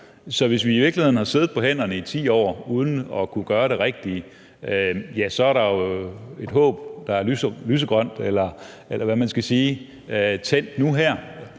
Så hvis vi i virkeligheden har siddet på hænderne i 10 år uden at kunne gøre det rigtige, er der jo et håb, der er lysegrønt, eller hvad man skal sige, tændt nu her,